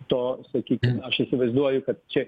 to sakykim aš įsivaizduoju kad čia